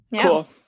Cool